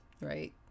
right